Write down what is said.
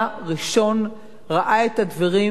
ראה את הדברים והביא את החוק הצרפתי,